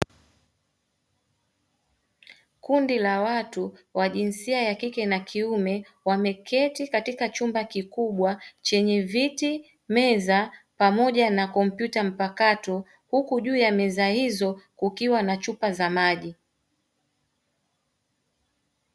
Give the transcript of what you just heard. Kundi la watu wa jinsia ya kike na kiume wameti katika chumba kikubwa chenye viti, meza pamoja na kompyuta mpakato huku juu ya meza hizo kukiwa na chupa za maji.